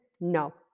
no